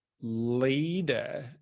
leader